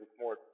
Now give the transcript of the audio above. more